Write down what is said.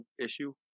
issue